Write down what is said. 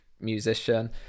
musician